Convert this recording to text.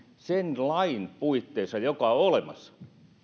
sen lain puitteissa joka on olemassa